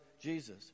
Jesus